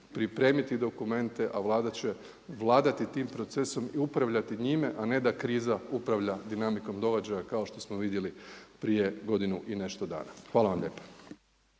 pripremiti dokumente a Vlada će vladati tim procesom i upravljati njime a ne da kriza upravlja dinamikom dovođenja kao što smo vidjeli prije godinu i nešto dana. Hvala vam lijepa.